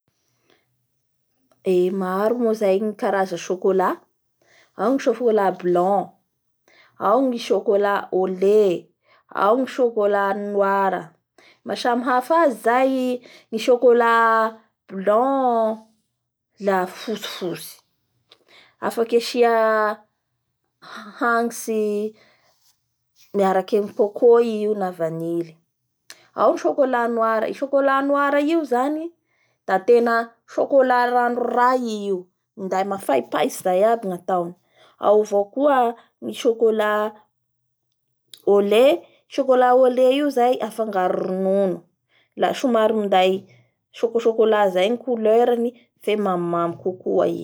E maro moa zay karaza chocolat: ao ny chocolat blanc, io ny chocoat au lait. Ao ny chocoat noir, maha samy hafa azy zay chocoat blanc la fotsifotsy afaky asia hagnitsy miaraky amin'ny coco i io na vanily. Ao ny chocolat noir, i chocolat noir io zany da tena chocola ranoray io minday mafaipaitsy zay aby ny ataony. Ao avao koa ny chocolat au lait. I chocolat au lait io zay afangaro ronono, la somary minday chococholat zay ny couleurany fe mamimamy kokoa i!.